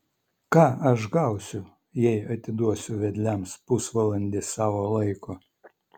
ką aš gausiu jei atiduosiu vedliams pusvalandį savo laiko